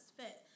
fit